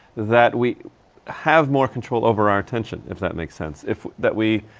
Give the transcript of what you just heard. that we have more control over our attention, if that makes sense. if, that we.